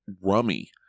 Rummy